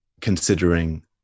considering